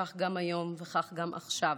כך גם היום וכך גם עכשיו.